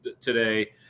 today